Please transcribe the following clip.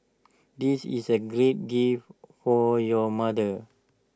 this is A great gift for your mother